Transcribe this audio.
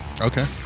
Okay